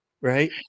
Right